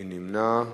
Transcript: מי נמנע?